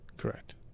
Correct